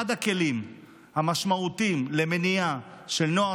אחד הכלים המשמעותיים למניעת הגעת נוער